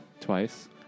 twice